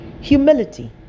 Humility